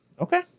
Okay